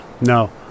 No